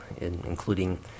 including